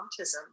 autism